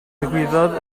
ddigwyddodd